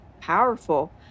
powerful